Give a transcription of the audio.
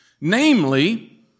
Namely